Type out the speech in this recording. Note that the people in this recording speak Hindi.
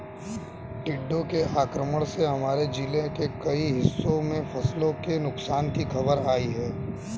टिड्डों के आक्रमण से हमारे जिले के कई हिस्सों में फसलों के नुकसान की खबर आई है